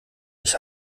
ich